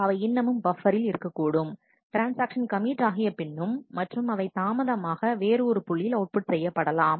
அவை இன்னமும் பப்பரில் இருக்கக்கூடும் ட்ரான்ஸ்ஆக்ஷன் கமிட் ஆகிய பின்னும் மற்றும் அவை தாமதமாக வேறு ஒரு புள்ளியில் அவுட்புட் செய்யப்படலாம்